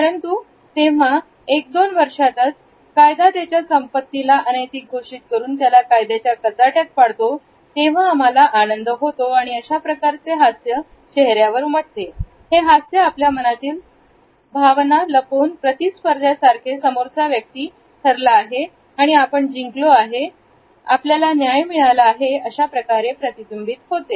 परंतु तेव्हा एक दोन वर्षातच कायदा त्याच्या संपत्तीला अनैतिक घोषित करून त्याला कायद्याच्या कचाट्यात पडतो तेव्हा आम्हाला आनंद होतो आणि अशा प्रकारचे हास्य चेहऱ्यावर उमटते हे हास्य आपल्या मनातील त्यातील भावना लपवून प्रतिस्पर्धा सारखे समोरचा व्यक्ती ठरला आहे आणि आपण जिंकलो आहे आपल्याला न्याय मिळाला आहे अशाप्रकारे प्रतिबिंबित होते